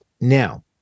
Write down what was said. Now